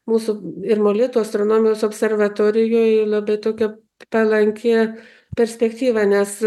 mūsų ir molėtų astronomijos observatorijoje labai tokią palankią perspektyvą nes